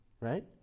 right